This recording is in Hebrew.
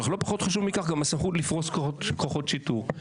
אך לא פחות חשוב מכך גם הסמכות לפרוס כוחות שיטור.